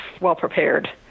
well-prepared